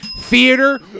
theater